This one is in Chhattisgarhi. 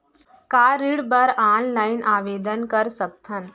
का ऋण बर ऑनलाइन आवेदन कर सकथन?